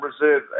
Reserve